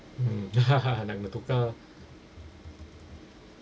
mm nak kena tukar